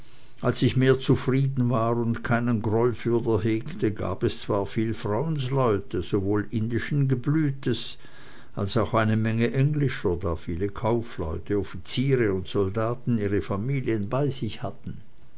als ich mehr zufrieden war und keinen groll fürder hegte gab es zwar viel frauensleute sowohl indischen geblütes als auch eine menge englischer da viele kaufleute offiziere und soldaten ihre familie bei sich hatten